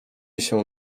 się